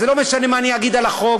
זה לא משנה מה אני אגיד על החוק,